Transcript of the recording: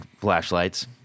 flashlights